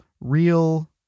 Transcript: Real